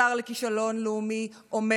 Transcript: השר לכישלון לאומי אומר,